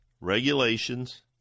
regulations